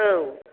औ